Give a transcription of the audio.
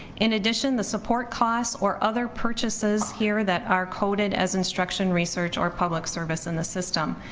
in addition, the support cost or other purchases here that are coded as instruction research or public service, in the system.